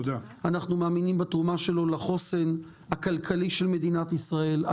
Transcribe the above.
אנחנו מאמינים בתרומה שלו לחוסן הכלכלי של מדינת ישראל.